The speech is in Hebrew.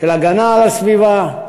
של הגנה על הסביבה,